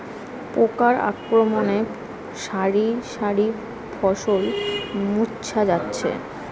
পোকার আক্রমণে শারি শারি ফসল মূর্ছা যাচ্ছে